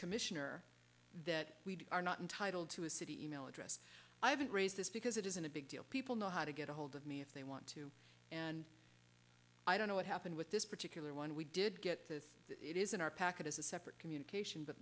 commissioner that we are not entitled to a city email address i haven't raised this because it isn't a big deal people know how to get ahold of me if they want to and i don't know what happened with this particular one we did get to it is in our packet as a separate communication but